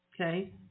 Okay